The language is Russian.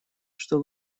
что